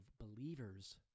believers